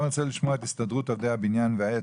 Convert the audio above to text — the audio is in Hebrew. אני רוצה לשמוע את הסתדרות עובדי הבניין והעץ,